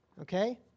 okay